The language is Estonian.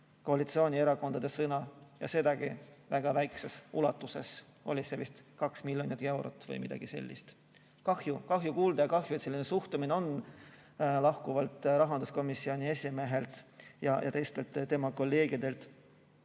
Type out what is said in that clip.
koalitsioonierakondade sõna ja sedagi väga väikeses ulatuses, see oli vist 2 miljonit eurot või midagi sellist. Kahju kuulda ja kahju, et selline suhtumine on lahkuval rahanduskomisjoni esimehel ja tema kolleegidel.